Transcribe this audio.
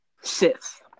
Sith